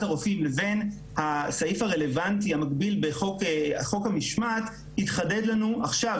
הרופאים לבין הסעיף הרלוונטי המקביל בחוק המשמעת התחדד לנו עכשיו